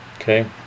Okay